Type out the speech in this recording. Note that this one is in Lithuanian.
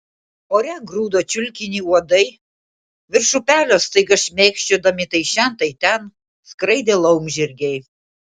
ore grūdo čiulkinį uodai virš upelio staiga šmėkščiodami tai šen tai ten skraidė laumžirgiai